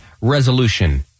Resolution